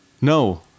No